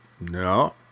No